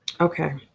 okay